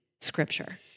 scripture